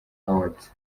awards